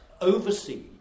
oversee